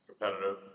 competitive